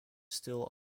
still